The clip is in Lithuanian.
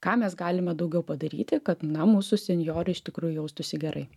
ką mes galime daugiau padaryti kad na mūsų senjorai iš tikrųjų jaustųsi gerai